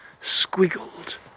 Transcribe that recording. squiggled